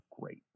great